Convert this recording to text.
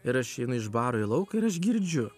ir aš einu iš baro į lauką ir aš girdžiu